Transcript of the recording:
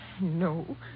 No